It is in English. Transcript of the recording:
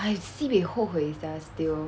I sibeh 后悔 sia still